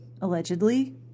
allegedly